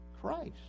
Christ